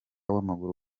w’amaguru